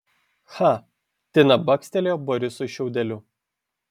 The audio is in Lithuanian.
cha tina bakstelėjo borisui šiaudeliu